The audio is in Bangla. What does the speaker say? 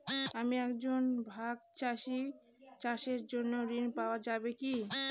আমি একজন ভাগ চাষি চাষের জন্য ঋণ পাওয়া যাবে কি?